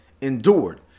endured